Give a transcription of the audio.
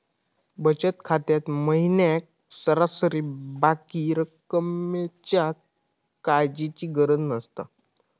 बचत खात्यात महिन्याक सरासरी बाकी रक्कमेच्या काळजीची गरज नसता